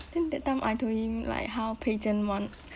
then that time I told him like how pei zhen want